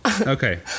Okay